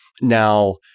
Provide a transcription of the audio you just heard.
Now-